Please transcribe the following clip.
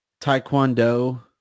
Taekwondo